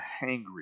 hangry